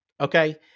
Okay